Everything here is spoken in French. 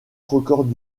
records